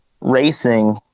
racing